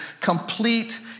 complete